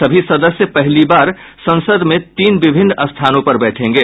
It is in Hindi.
सभी सदस्य पहली बार संसद में तीन विभिन्न स्थानों पर बैठेंगे